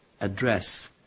address